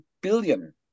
billion